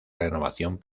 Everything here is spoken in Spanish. renovación